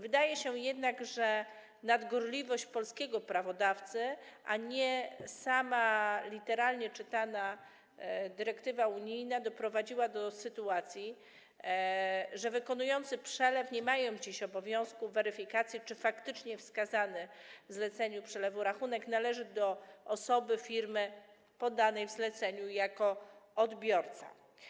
Wydaje się jednak, że nadgorliwość polskiego prawodawcy, a nie sama literalnie czytana dyrektywa unijna, doprowadziła do sytuacji, że wykonujący przelew nie mają dziś obowiązku weryfikacji, czy faktycznie wskazany w zleceniu przelewu rachunek należy do osoby, firmy podanej w zleceniu jako odbiorca.